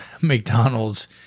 McDonald's